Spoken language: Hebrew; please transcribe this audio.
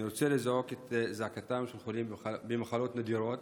אני רוצה לזעוק את זעקתם של חולים במחלות נדירות,